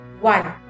one